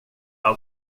har